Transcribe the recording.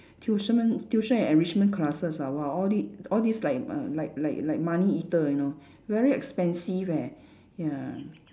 tuition ~ment tuition and enrichment classes ah !wah! all the all these like uh like like like money eater you know very expensive eh ya